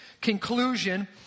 conclusion